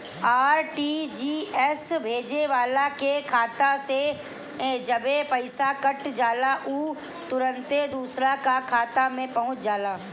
RTGS भेजे वाला के खाता से जबे पईसा कट जाला उ तुरंते दुसरा का खाता में पहुंच जाला